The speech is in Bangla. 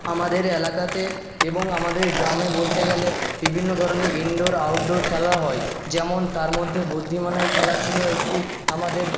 আমাদের এলাকাতে এবং আমাদের গ্রামে বলতে গেলে বিভিন্ন ধরনের ইনডোর আউটডোর খেলা হয় যেমন তার মধ্যে বুদ্ধিমানের খেলা ছিল একটি আমাদের